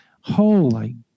Holy